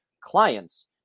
clients